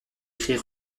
cris